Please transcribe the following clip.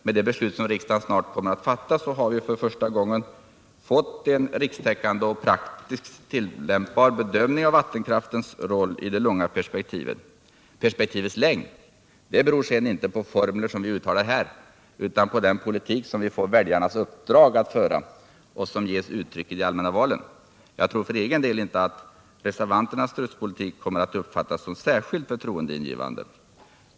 Med det beslut som riksdagen snart kommer att fatta har vi för första gången fått en rikstäckande och praktiskt tillämpbar bedömning av vattenkraftens roll i det långa perspektivet. Perspektivets längd beror sedan inte på formler som vi uttalar här utan på den politik som vi får väljarnas uppdrag att föra och som ges uttryck i de allmänna valen. Jag tror för egen del inte att reservanternas strutspolitik kommer att uppfattas såsom särskilt förtroendeingivande.